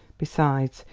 besides,